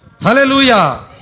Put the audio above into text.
Hallelujah